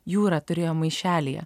jūra turėjo maišelyje